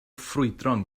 ffrwydron